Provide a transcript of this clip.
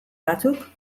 batzuk